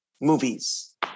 movies